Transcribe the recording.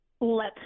let